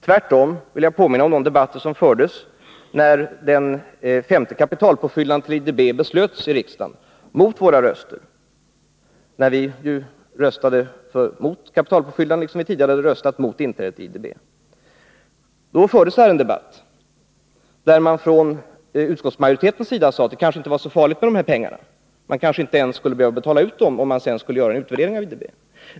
Tvärtom vill jag påminna om de debatter som fördes när den femte kapitalpåfyllnaden till IDB beslöts i riksdagen mot våra röster. Då röstade vi mot kapitalpåfyllnaden, liksom vi tidigare hade röstat mot inträde i IDB. Då fördes här en debatt, där man från utskottsmajoritetens sida sade att det kanske inte var så farligt med dessa pengar och att man kanske inte ens skulle behöva betala ut dem, om man sedan skulle göra en utvärdering av IDB.